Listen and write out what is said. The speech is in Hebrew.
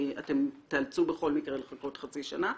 אתם תאלצו בכל מקרה לחכות חצי שנה,